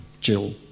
Jill